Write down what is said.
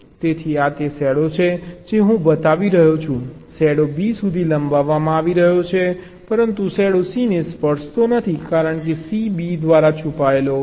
તેથી આ તે શેડો છે જે હું બતાવી રહ્યો છું શેડો B સુધી લંબાવવામાં આવી રહ્યો છે પરંતુ શેડો C ને સ્પર્શતો નથી કારણ કે C B દ્વારા છુપાયેલ છે